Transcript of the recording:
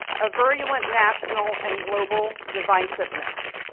a virulent national and global divisiveness.